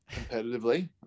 competitively